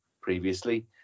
previously